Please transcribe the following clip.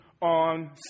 on